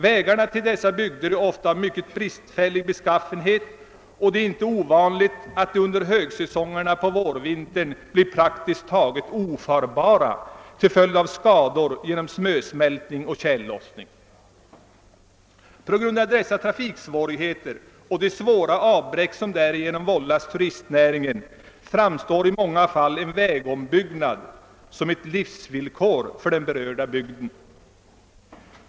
Vägarna till dessa bygder är ofta av mycket bristfällig beskaffenhet, och det är inte ovanligt att de under högsäsongen på vårvintern blir praktiskt taget ofarbara till följd av skador genom snösmältning och tjällossning. På grund av dessa trafiksvårigheter och de stora avbräck som därigenom vållas turistnäringen framstår i många fall en vägombyggnad som ett livsvillkor för den berörda bygden.